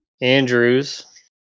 Andrews